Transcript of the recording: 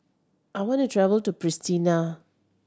I want to travel to Pristina